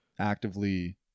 actively